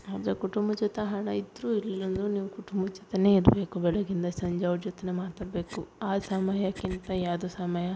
ಆದರೆ ಕುಟುಂಬದ ಜೊತೆ ಹಣ ಇದ್ದರು ಇಲ್ಲ ಅಂದರು ನೀವು ಕುಟುಂಬದ ಜೊತೆನೆ ಇರಬೇಕು ಬೆಳಗ್ಗಿಂದ ಸಂಜೆ ಅವ್ರ ಜೊತೆನೆ ಮಾತಾಡಬೇಕು ಆ ಸಮಯಕ್ಕಿಂತ ಯಾವುದು ಸಮಯ